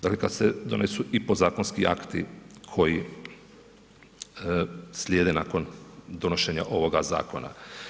Dakle, kad se donesu i podzakonski akti koji slijede nakon donošenja ovoga zakona.